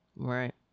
right